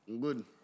Good